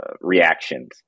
reactions